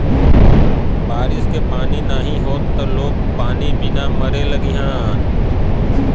बारिश के पानी नाही होई त लोग पानी बिना मरे लगिहन